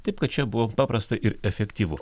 taip kad čia buvo paprasta ir efektyvu